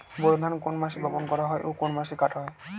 বোরো ধান কোন মাসে বপন করা হয় ও কোন মাসে কাটা হয়?